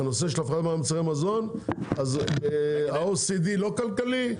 בנושא הפארמה ומוצרי המזון אז ה-OECD לא כלכלי,